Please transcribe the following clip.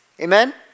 amen